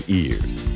ears